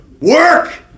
Work